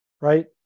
right